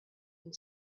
and